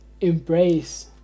embrace